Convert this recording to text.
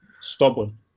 Stubborn